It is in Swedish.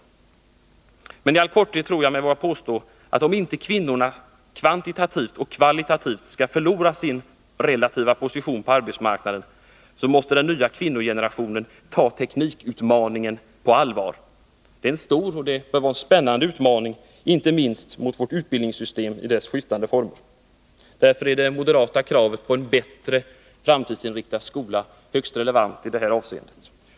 Men i all korthet tror jag mig våga göra följande påstående: Om inte kvinnorna kvantitativt och kvalitativt skall förlora sin relativa position på arbetsmarknaden, måste den nya kvinnogenerationen ta teknikutmaningen på allvar. Det är en stor och spännande utmaning — inte minst mot vårt utbildningssystem i dess skiftande former. Det moderata kravet på en bättre framtidsanpassad skola är därför högst relevant i detta sammanhang.